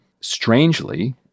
strangely